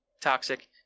Toxic